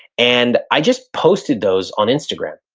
and i just posted those on instagram.